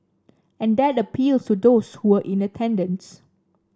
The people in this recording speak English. and that appeals to those who were in attendance